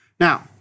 Now